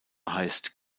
heißt